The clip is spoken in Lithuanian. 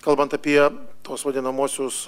kalbant apie tuos vadinamuosius